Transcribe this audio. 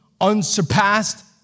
unsurpassed